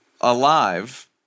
alive